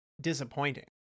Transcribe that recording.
disappointing